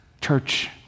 Church